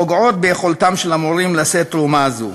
פוגעות ביכולתם של המורים לשאת תרומה זו.